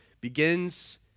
begins